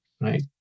right